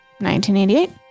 1988